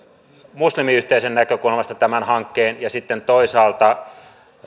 muslimiyhteisön näkökulmasta tämän hankkeen ja sitten toisaalta